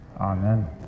Amen